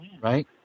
right